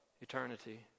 eternity